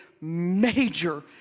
major